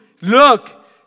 look